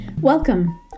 Welcome